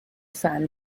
fan